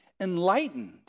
enlightened